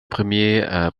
premiers